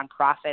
nonprofit